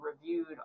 reviewed